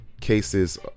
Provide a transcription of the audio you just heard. cases